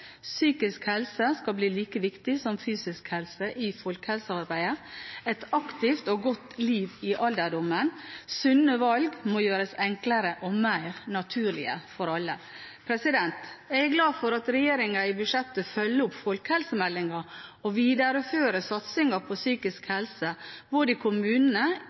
psykisk helse skal bli like viktig som fysisk helse i folkehelsearbeidet et aktivt og godt liv i alderdommen at sunne valg må gjøres enklere og mer naturlig for alle Jeg er glad for at regjeringen i budsjettet følger opp folkehelsemeldingen og viderefører satsingen på psykisk helse både i kommunene